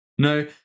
No